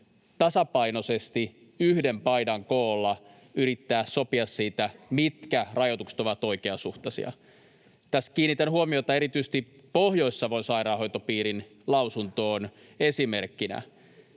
tasapainoisesti yhdellä paidan koolla yrittää sopia sitä, mitkä rajoitukset ovat oikeasuhtaisia. Tässä kiinnitän huomiota erityisesti Pohjois-Savon sairaanhoitopiirin lausuntoon esimerkkinä.